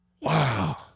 Wow